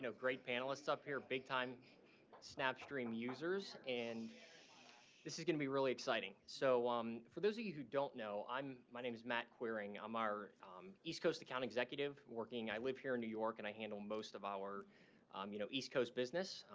great panelists up here big time snapstream users. and this is going to be really exciting. so um for those of you who don't know, i'm my name is matt quering. i'm our east coast account executive working i live here in new york, and i handle most of our um you know, east coast business.